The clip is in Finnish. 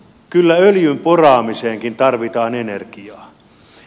kyllä öljyn poraamiseenkin tarvitaan energiaa